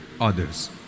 others